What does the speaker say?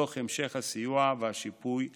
תוך המשך הסיוע והשיפוי הכלכלי.